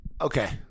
Okay